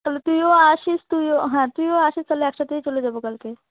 তাহলে তুইও আসিস তুইও হ্যাঁ তুইও আসিস তাহলে একসাথেই চলে যাবো কালকে